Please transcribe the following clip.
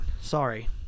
Sorry